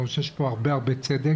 אני חושב שיש פה הרבה הרבה צדק,